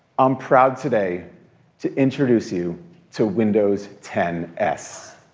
i'm proud today to introduce you to windows ten s.